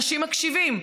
אנשים מקשיבים.